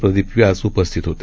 प्रदीप व्यास उपस्थित होते